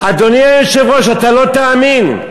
אדוני היושב-ראש, אתה לא תאמין,